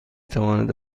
تواند